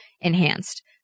enhanced